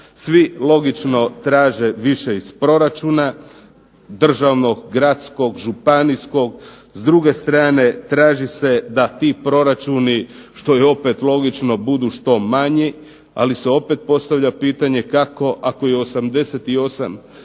Svi logično traže više iz proračuna državnog, gradskog, županijskog, s druge strane traži se da ti proračuni što je opet logično, budu što manji, ali se opet postavlja pitanje kako, ako je 87%